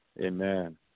Amen